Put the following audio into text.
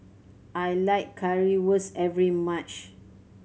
I like Currywurst every much